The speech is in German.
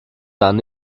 dann